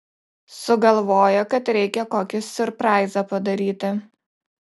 sugalvojo kad reikia kokį siurpraizą padaryti